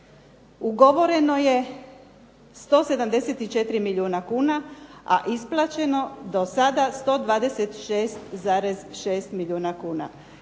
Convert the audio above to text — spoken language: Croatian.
ugovoreno je 174 milijuna kuna, a isplaćeno do sada 126,6 milijuna kuna.